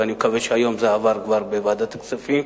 ואני מקווה שהיום זה עבר כבר בוועדת הכספים,